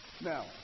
Now